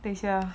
等一下